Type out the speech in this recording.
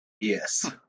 Yes